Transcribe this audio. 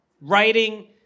writing